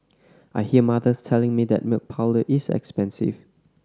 I hear mothers telling me that milk powder is expensive